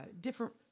Different